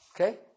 Okay